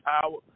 power